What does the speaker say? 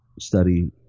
study –